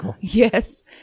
yes